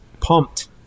pumped